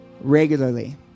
regularly